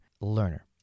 learner